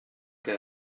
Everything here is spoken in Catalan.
que